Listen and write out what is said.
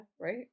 right